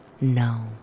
No